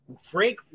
Frank